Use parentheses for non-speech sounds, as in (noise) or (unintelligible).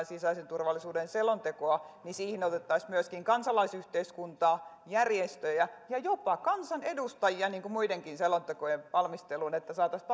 (unintelligible) sisäisen turvallisuuden selontekoa siihen olisi otettava myöskin kansalaisyhteiskuntaa järjestöjä ja jopa kansanedustajia niin kuin muidenkin selontekojen valmisteluun että saataisiin (unintelligible)